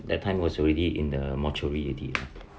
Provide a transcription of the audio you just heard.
that time was already in the mortuary already